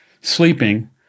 sleeping